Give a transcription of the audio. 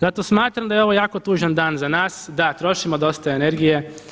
Zato smatram da je ovo jako tužan dan za nas da trošimo dosta energije.